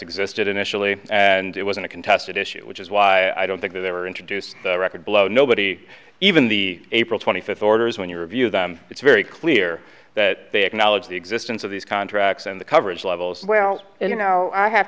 existed initially and it wasn't a contested issue which is why i don't think that they were introduced the record blow nobody even the april twenty fifth orders when you review them it's very clear that they acknowledge the existence of these contracts and the coverage levels well you know i have